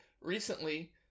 recently